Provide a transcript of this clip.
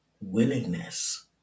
willingness